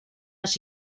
las